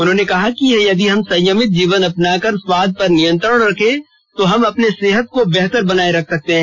उन्होंने कहा कि यदि हम संयमित जीवन अपनाकर अपने जीभ के लोभ या स्वाद पर नियंत्रण रखें तो हम अपने सेहत को बेहतर बनाए रख सकते हैं